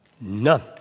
None